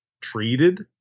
treated